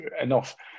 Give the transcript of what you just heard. enough